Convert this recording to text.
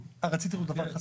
רציתי עוד דבר אחד.